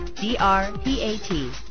D-R-P-A-T